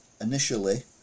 initially